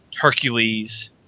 Hercules